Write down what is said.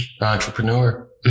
Entrepreneur